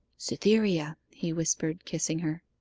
cytherea, he whispered, kissing her.